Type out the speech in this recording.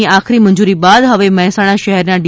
ની આખરી મંજુરી બાદ ફવે મહેસાણા શહેરના ડી